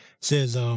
says